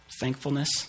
Thankfulness